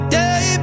day